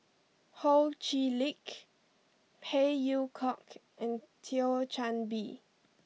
Ho Chee Lick Phey Yew Kok and Thio Chan Bee